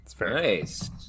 Nice